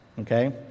okay